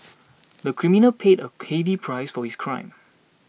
the criminal paid a heavy price for his crime